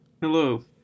Hello